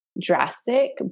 drastic